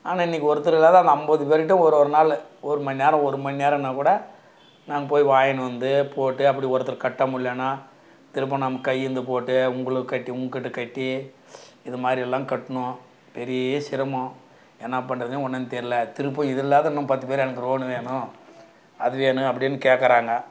ஆனால் இன்னிக்கு ஒருத்தர் இல்லாத அந்த ஐம்பது பேருக்கிட்டியும் ஒரு ஒரு நாள் ஒரு மண்நேரம் ஒரு மண்நேரன்னா கூட நான் போய் வாய்ணு வந்து போட்டு அப்படி ஒருத்தர் கட்ட முட்லனா திரும்ப நம் கையேந்து போட்டு உங்களுக்கு கட்டி உங்கள்கிட்ட கட்டி இது மாதிரியெல்லாம் கட்ணும் பெரிய சிரமம் என்னாப் பண்ணுறதுனே ஒன்றும் தெரில திருப்ப இது இல்லாது இன்னும் பத்துப் பேர் எனக்கு ரோனு வேணும் அது வேணும் அப்படின் கேட்கறாங்க